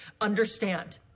Understand